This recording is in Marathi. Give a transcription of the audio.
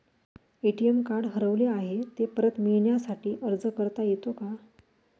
ए.टी.एम कार्ड हरवले आहे, ते परत मिळण्यासाठी अर्ज करता येतो का?